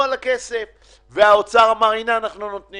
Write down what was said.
האוצר לא מוצא פתרון והוא מוציא עמדה נגד סיוע